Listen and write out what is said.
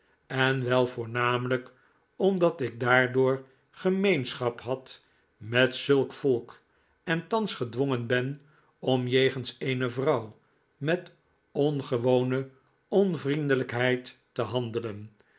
en wel voornamelijk omdat ik daardoor gemeenschap had met zulk volk en thans gedwongen ben om jegens eene vrouw met ongewone onvriendelijkheid te handelen